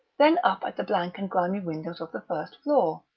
then up at the blank and grimy windows of the first floor,